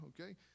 okay